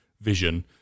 Vision